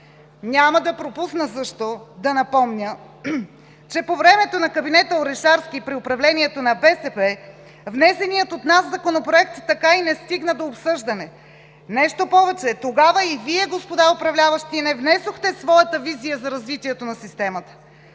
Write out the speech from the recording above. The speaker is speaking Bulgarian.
Няма да пропусна също да напомня, че по времето на кабинета Орешарски, при управлението на БСП, внесеният от нас Законопроект така и не стигна до обсъждане. Нещо повече тогава и Вие, господа управляващи, не внесохте своята визия за развитието на системата.